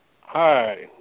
Hi